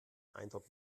eindruck